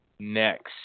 Next